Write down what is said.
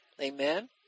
Amen